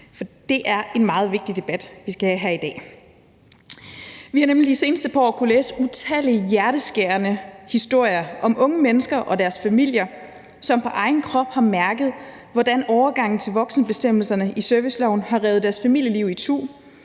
det er en meget vigtig debat, vi skal have her i dag. Vi har nemlig de seneste par år kunnet læse utallige hjerteskærende historier om unge mennesker og deres familier, som på egen krop har mærket, hvordan overgangen til voksenbestemmelserne i serviceloven har revet deres familieliv itu,